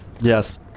Yes